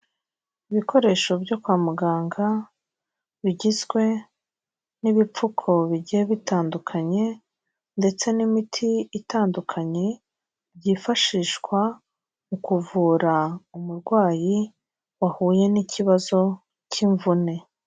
Ibikoresho byo kwa muganga bigizwe n'ibipfuko bigiye bitandukanye ndetse n'imiti itandukanye byifashishwa mu kuvura umurwayi wahuye n'ikibazo cy'imvune.